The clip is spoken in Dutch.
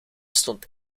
stond